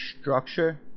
structure